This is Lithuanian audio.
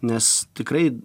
nes tikrai